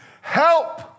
help